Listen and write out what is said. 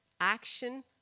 action